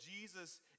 Jesus